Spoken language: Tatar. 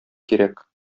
кирәк